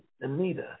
Anita